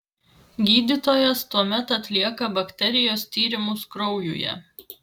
gydytojas tuomet atlieka bakterijos tyrimus kraujuje